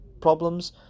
problems